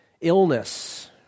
illness